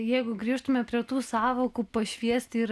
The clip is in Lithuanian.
jeigu grįžtume prie tų sąvokų pašviesti ir